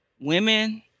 Women